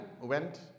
went